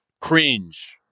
cringe